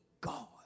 God